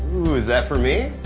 oh, is that for me?